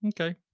Okay